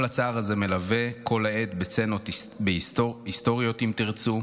כל הצער הזה מלווה כל העת בסצנות היסטוריות אם תרצו,